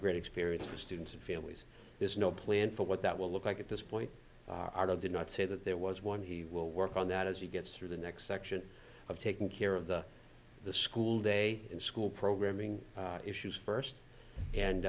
great experience for students and families there's no plan for what that will look like at this point are the do not say that there was one he will work on that as he gets through the next section of taking care of the the school day and school programming issues first and